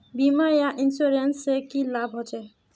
बीमा या इंश्योरेंस से की लाभ होचे?